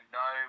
no